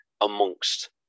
amongst